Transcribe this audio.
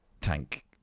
tank